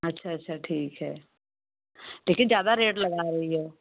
अच्छा अच्छा ठीक है लेकिन ज़्यादा रेट लगा रही हो